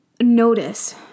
notice